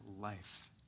life